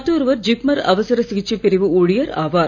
மற்றொருவர் ஜிப்மர் அவசர சிகிச்சை பிரிவு ஊழியர் ஆவார்